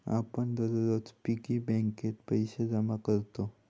आपण दररोज पिग्गी बँकेत पैसे जमा करतव